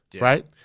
right